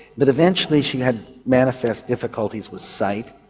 but eventually she had manifest difficulties with sight,